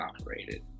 operated